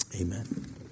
Amen